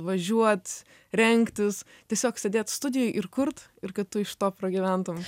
važiuot rengtis tiesiog sėdėt studijoj ir kurt ir kad tu iš to pragyventum